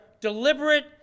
deliberate